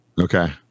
okay